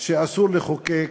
שאסור לחוקק.